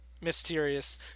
Mysterious